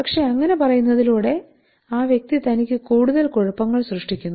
പക്ഷേ അങ്ങനെ പറയുന്നതിലൂടെ ആ വ്യക്തി തനിക്കു കൂടുതൽ കുഴപ്പങ്ങൾ സൃഷ്ടിക്കുന്നു